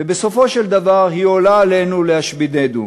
ובסופו של דבר היא עולה עלינו להשמידנו.